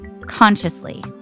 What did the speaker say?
consciously